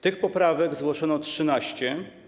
Tych poprawek zgłoszono 13.